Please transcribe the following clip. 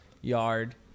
yard